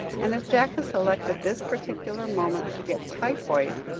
and as jack has selected this particular moment to get typhoid,